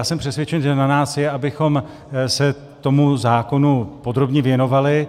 Jsem přesvědčen, že na nás je, abychom se tomu zákonu podrobně věnovali.